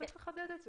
אז צריך לחדד את זה.